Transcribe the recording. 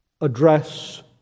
address